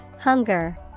Hunger